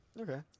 Okay